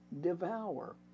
devour